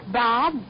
bob